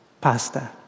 pasta